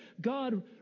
God